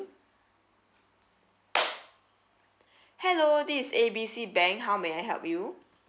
hello this is A B C bank how may I help you